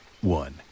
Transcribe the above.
one